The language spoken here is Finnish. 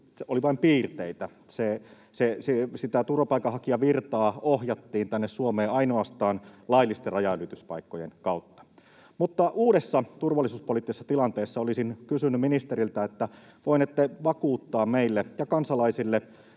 oli vain piirteitä. Turvapaikanhakijavirtaa ohjattiin tänne Suomeen ainoastaan laillisten rajanylityspaikkojen kautta. Mutta uudessa turvallisuuspoliittisessa tilanteessa olisin kysynyt ministeriltä: voinette vakuuttaa meille ja kansalaisille